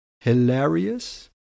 hilarious